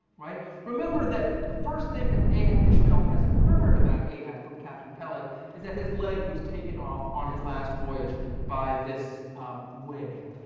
right? remember that the first thing that ishmael has heard about ahab from captain peleg is that his leg was taken off on his last voyage by this whale,